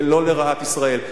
ולא לרעת ישראל.